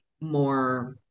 more